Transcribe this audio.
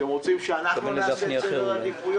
אתם רוצים שאנחנו נקבע את סדר העדיפויות?